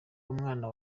umwana